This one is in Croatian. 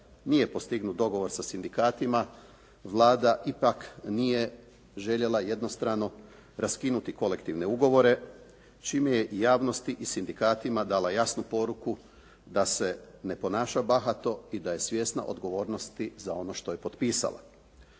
nije postignut dogovor sa sindikatima, Vlada ipak nije željela jednostrano raskinuti kolektivne ugovore, čime je i javnosti i sindikatima dala jasnu poruku da se ne ponaša bahato i da je svjesna odgovornosti za ono što je potpisala.